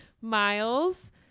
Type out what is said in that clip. Miles